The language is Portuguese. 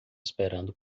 esperando